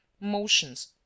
motions